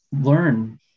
learn